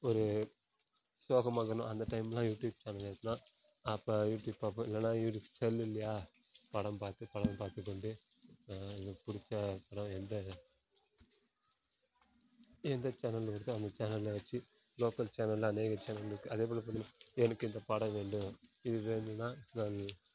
ஒரு சோகமாக இருக்கேன்னால் அந்த டைமுலாம் யூடியூப் சேனல் எப்படின்னா அப்போ யூடியூப் பார்ப்பேன் இல்லைன்னா யூடியூப் செல் இல்லையா படம் பார்த்து படம் பார்த்துக்கொண்டு எனக்குப் பிடிச்ச படம் எந்த எந்த சேனலில் வருதோ அந்த சேனலில் வச்சு லோக்கல் சேனலில் அநேக சேனல் இருக்குது அதேபோல் இப்போ எனக் எனக்கு இந்தப் படம் வேண்டும் இது வேணுன்னால் நான்